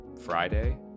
Friday